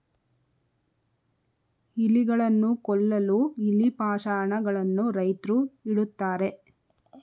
ಇಲಿಗಳನ್ನು ಕೊಲ್ಲಲು ಇಲಿ ಪಾಷಾಣ ಗಳನ್ನು ರೈತ್ರು ಇಡುತ್ತಾರೆ